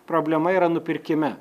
problema yra nupirkime